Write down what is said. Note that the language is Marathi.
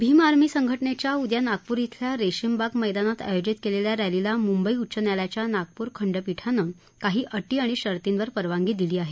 भीम आर्मी संघटनेच्या उद्या नागपूर खिल्या रेशीमबाग मैदानात आयोजित केलेल्या रेलीला मुंबई उच्च न्यायालयाच्या नागपूर खंडपीठानं काही अटी आणि शर्तींवर परवानगी दिली आहे